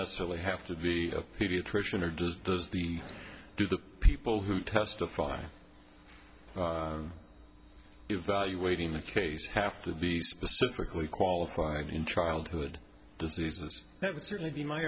necessarily have to be a pediatrician or does does the do the people who testify evaluating my case have to be specifically qualified in childhood diseases that would certainly be my